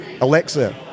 Alexa